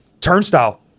turnstile